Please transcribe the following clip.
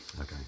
Okay